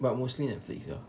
but mostly netflix ah